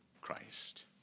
Christ